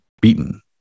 beaten